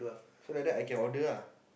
so like that I can order ah